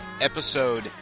episode